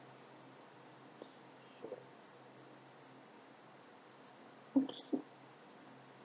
okay